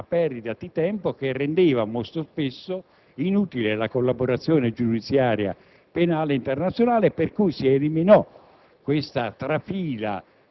Tutto ciò comportava una perdita di tempo che rendeva molto spesso inutile la collaborazione giudiziaria penale internazionale, per cui si eliminò